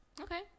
Okay